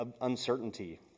uncertainty